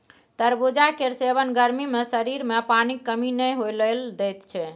तरबुजा केर सेबन गर्मी मे शरीर मे पानिक कमी नहि होइ लेल दैत छै